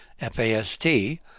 f-a-s-t